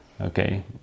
Okay